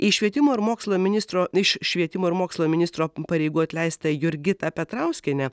į švietimo ir mokslo ministro iš švietimo ir mokslo ministro pareigų atleistą jurgitą petrauskienę